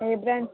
A brand